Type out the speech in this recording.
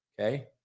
Okay